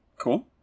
Cool